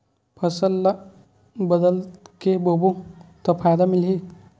फसल ल बदल के बोबो त फ़ायदा मिलही?